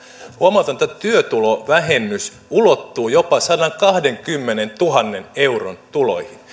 huomautan että työtulovähennys ulottuu jopa sadankahdenkymmenentuhannen euron tuloihin